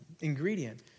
ingredient